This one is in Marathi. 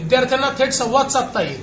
विदयार्थ्यांना थेट संवाद साधता येईल